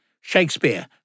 Shakespeare